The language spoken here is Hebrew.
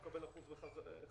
הוא מקבל 1% בחזרה.